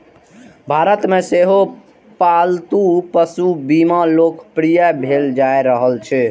भारत मे सेहो पालतू पशु बीमा लोकप्रिय भेल जा रहल छै